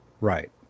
right